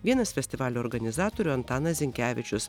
vienas festivalio organizatorių antanas zinkevičius